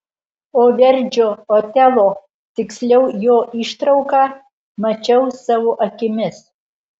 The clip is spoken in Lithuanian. o verdžio otelo tiksliau jo ištrauką mačiau savo akimis